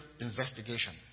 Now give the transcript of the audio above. investigation